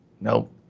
Nope